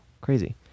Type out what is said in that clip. Crazy